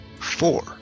four